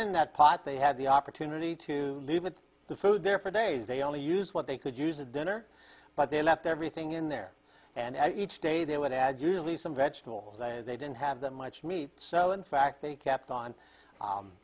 in that pot they had the opportunity to leave it the food there for days they only used what they could use a dinner but they left everything in there and each day they would add usually some vegetables and they didn't have that much meat so in fact they kept on